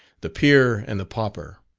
the peer and the pauper,